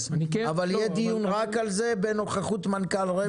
אבל יהיה דיון רק על זה בנוכחות מנכ"ל רמ"י.